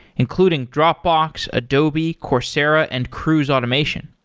including dropbox, adobe, coursera and cruise automation.